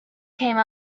came